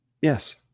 Yes